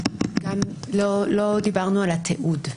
כאן לא דיברנו על התיעוד.